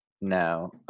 no